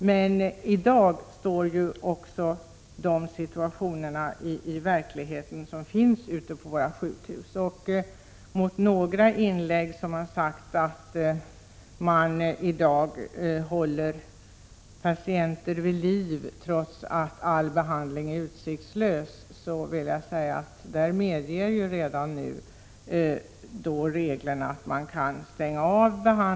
Men i dag är sådana situationer verklighet ute på våra sjukhus. Det har sagts att man i dag håller patienter vid liv trots att all behandling är utsiktslös. Då vill jag säga att reglerna redan nu medger att behandlingen stängs av.